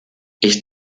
ich